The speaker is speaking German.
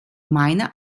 meiner